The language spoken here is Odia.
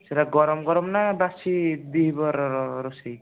ସେଇଟା ଗରମ ଗରମ ନା ବାସି ଦ୍ୱିପହର ରୋଷେଇ